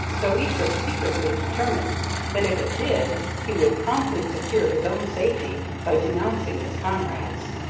though each was secretly determined that if it did he would promptly secure his own safety by denouncing his comrades.